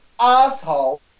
Asshole